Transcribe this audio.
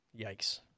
Yikes